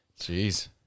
Jeez